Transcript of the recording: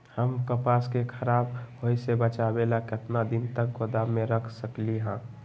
हम कपास के खराब होए से बचाबे ला कितना दिन तक गोदाम में रख सकली ह?